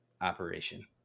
operation